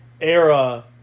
era